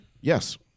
Yes